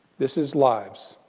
this is lives.